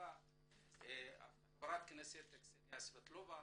בפתיחה חברת הכנסת קסניה סבטלובה